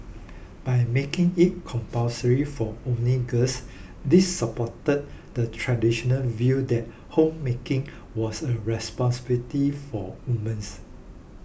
by making it compulsory for only girls this supported the traditional view that homemaking was a responsibility for women